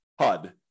HUD